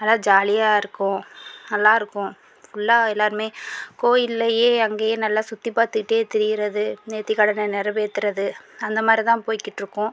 நல்லா ஜாலியாக இருக்கும் நல்லா இருக்கும் ஃபுல்லாக எல்லோருமே கோயில்லையே அங்கேயே நல்லா சுற்றி பார்த்துகிட்டே திரியிறது நேர்த்திக்கடனை நெறைவேத்துறது அந்த மாதிரி தான் போய்கிட்டு இருக்கும்